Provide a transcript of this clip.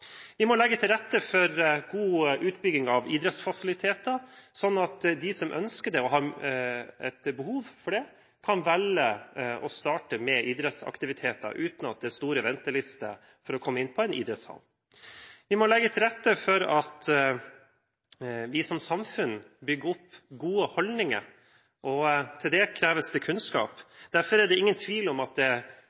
Vi må legge til rette for god utbygging av idrettsfasiliteter, sånn at de som ønsker det, og har et behov for det, kan velge å starte med idrettsaktiviteter, uten at det er lange ventelister for å komme inn på en idrettshall. Vi må legge til rette for at vi som samfunn bygger opp gode holdninger, og til det kreves det kunnskap. Derfor er det ingen tvil om at